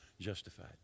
justified